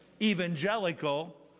evangelical